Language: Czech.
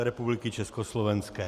Republiky československé.